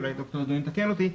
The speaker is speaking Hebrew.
אולי ד"ר דאדון יתקן אותי,